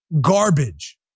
Garbage